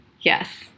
Yes